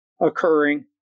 occurring